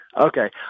Okay